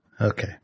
Okay